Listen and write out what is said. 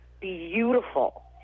beautiful